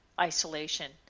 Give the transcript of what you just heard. Isolation